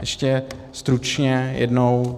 Ještě stručně jednou.